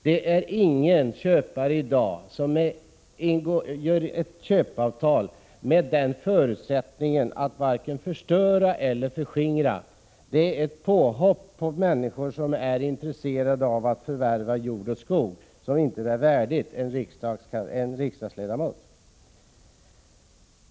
Det är ingen köpare i dag som ingår ett köpeavtal med avsikten att förstöra eller förskingra. Det är ett påhopp på människor som är intresserade av att förvärva jord och skog som inte är värdigt en riksdagsledamot.